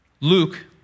Luke